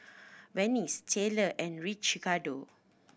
Vance Taylor and